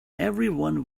everyone